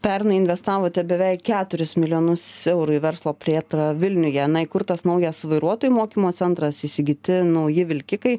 pernai investavote beveik keturis milijonus eurų į verslo plėtrą vilniuje na įkurtas naujas vairuotojų mokymo centras įsigyti nauji vilkikai